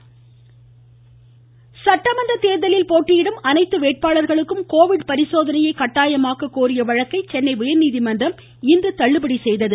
உயர்நீதிமன்றம் சட்டமன்றதேர்தலில் போட்டியிடும் அனைத்து வேட்பாளர்களுக்கும் கோவிட் பரிசோதனையை கட்டாயமாக்க கோரிய வழக்கை சென்னை உயர்நீதிமன்றம் இன்று தள்ளுபடி செய்தது